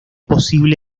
posible